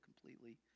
completely